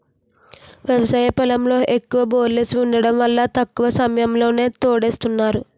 వ్యవసాయ పొలంలో ఎక్కువ బోర్లేసి వుండటం వల్ల తక్కువ సమయంలోనే తోడేస్తున్నారు